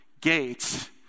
gates